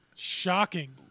Shocking